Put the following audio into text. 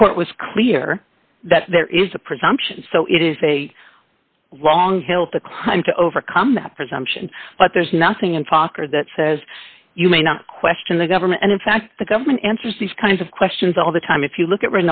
the court was clear that there is a presumption so it is a long hill to climb to overcome that presumption but there's nothing in fokker that says you may not question the government and in fact the government answers these kinds of questions all the time if you look at